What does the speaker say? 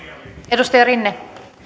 arvoisa